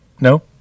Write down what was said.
no